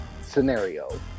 scenario